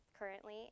currently